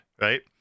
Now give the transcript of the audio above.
right